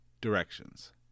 directions